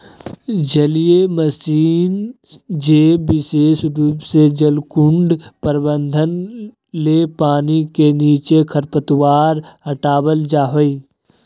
जलीय मशीन जे विशेष रूप से जलकुंड प्रबंधन ले पानी के नीचे खरपतवार हटावल जा हई